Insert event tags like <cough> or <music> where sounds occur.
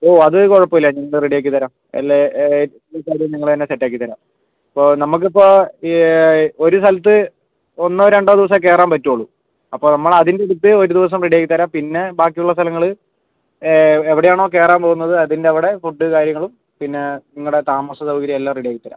ഓ അത് കുഴപ്പമില്ല ഞങ്ങൾ റെഡി ആക്കിത്തരാം എല്ലാം <unintelligible> ഞങ്ങൾ തന്നെ സെറ്റ് ആക്കിതരാം ഇപ്പോൾ നമുക്കിപ്പോൾ ഒരു സ്ഥലത്ത് ഒന്നോ രണ്ടോ ദിവസമേ കയറാൻ പറ്റുള്ളൂ അപ്പോൾ നമ്മൾ അതിൻ്റെ അടുത്ത് ഒരു ദിവസം റെഡി ആക്കിത്തരാം പിന്നെ ബാക്കിയുള്ള സ്ഥലങ്ങൾ എവിടെയാണോ കയറാൻ പോവുന്നത് അതിന്റവിടെ ഫുഡ് കാര്യങ്ങളും പിന്നെ നിങ്ങളുടെ താമസ സൗകര്യം എല്ലാം റെഡി ആക്കി തരാം